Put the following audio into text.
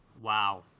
Wow